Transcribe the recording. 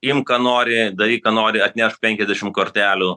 imk ką nori daryk ką nori atnešk penkiasdešimt kortelių